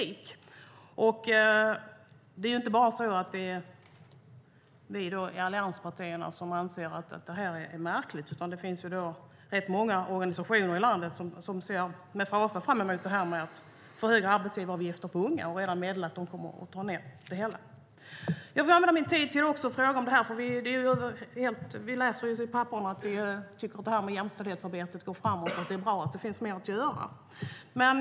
Det är inte bara vi i allianspartierna som anser att det här är märkligt, utan det finns rätt många organisationer i landet som ser med fasa på det här med för höga arbetsgivaravgifter för unga och redan meddelar att de kommer att ta ned det hela. Jag skulle vilja använda min tid även till att fråga om jämställdheten. Vi läser i papperen att ni tycker att jämställdhetsarbetet är bra och går framåt men att det finns mer att göra.